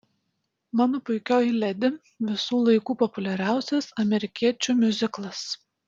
mano puikioji ledi visų laikų populiariausias amerikiečių miuziklas